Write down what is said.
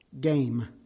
game